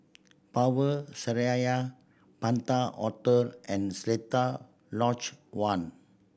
Power Seraya Penta Hotel and Seletar Lodge One